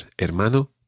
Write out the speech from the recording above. Hermano